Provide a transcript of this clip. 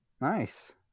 Nice